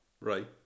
right